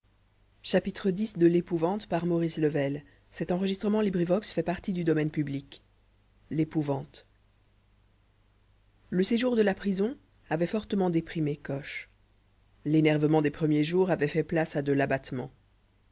l'epouvante le séjour de la prison avait fortement déprimé coche l'énervement des premiers jours avait fait place à de l'abattement